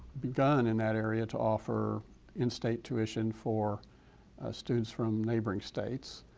begun in that area to offer in-state tuition for students from neighboring states.